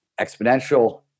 Exponential